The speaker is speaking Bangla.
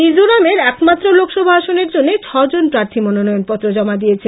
মিজোরামের একমাত্র লোকসভা আসনের জন্য ছজন প্রার্থী মনোনয়ন পত্র জমা দিয়েছেন